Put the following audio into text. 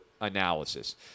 analysis